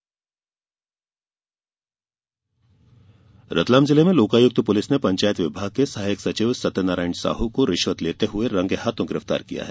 रिश्वत रतलाम जिले में लोकायुक्त पुलिस ने पंचायत विभाग के सहायक सचिव सत्यनारायण साहू को रिश्वत लेते हुए रंगे हाथ गिरफ्तार किया है